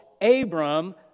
Abram